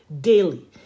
daily